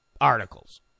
articles